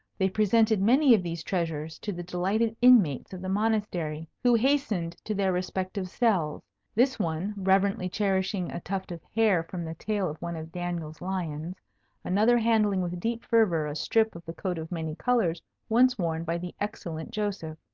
they presented many of these treasures to the delighted inmates of the monastery, who hastened to their respective cells this one reverently cherishing a tuft of hair from the tail of one of daniel's lions another handling with deep fervour a strip of the coat of many colours once worn by the excellent joseph.